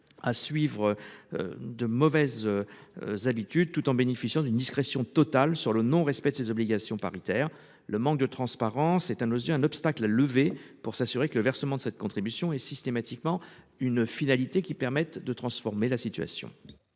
à suivre. De mauvaises. Habitudes tout en bénéficiant d'une discrétion totale sur le non-respect de ses obligations paritaire le manque de transparence est à nos yeux un obstacle à lever pour s'assurer que le versement de cette contribution est systématiquement une finalité qui permettent de transformer la situation.